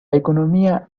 economía